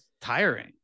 tiring